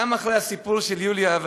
גם אחרי הסיפור של יוליה.